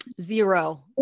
Zero